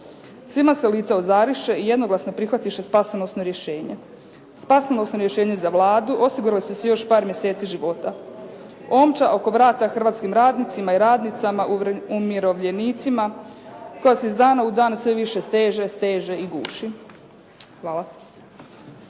Svima se lica ozariše i jednoglasno prihvatiše spasonosno rješenje, spasonosno rješenje za Vladu, osigurali su si još par mjeseci života. Omča oko vrata hrvatskim radnicima i radnicama, umirovljenicima koja se iz dana u dan sve više steže i guši. Hvala.